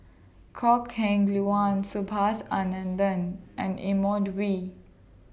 Kok Heng Leun Subhas Anandan and Edmund Wee